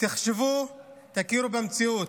תחשבו, תכירו במציאות.